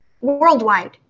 worldwide